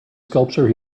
sculpture